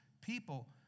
people